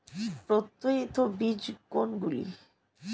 প্রত্যায়িত বীজ কোনগুলি?